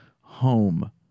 Home